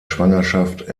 schwangerschaft